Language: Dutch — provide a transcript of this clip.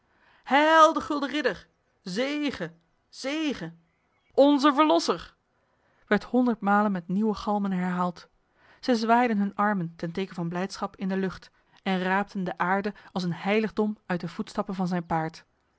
de gulden ridder zege zege onze verlosser werd honderd malen met nieuwe galmen herhaald zij zwaaiden hun handen ten teken van blijdschap in de lucht en raapten de aarde als een heiligdom uit de voetstappen van zijn paard